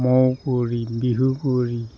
মৌকুঁৱৰী বিহুকুঁৱৰী